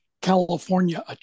California